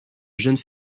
jeunes